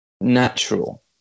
natural